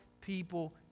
people